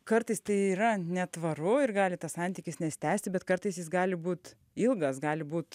kartais tai yra netvaru ir gali tas santykis nesitęsti bet kartais jis gali būt ilgas gali būt